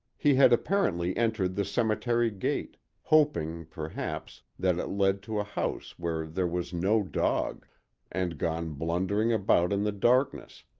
he had apparently entered the cemetery gate hoping, perhaps, that it led to a house where there was no dog and gone blundering about in the darkness,